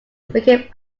became